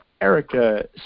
Erica